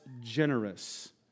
generous